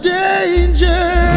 danger